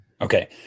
Okay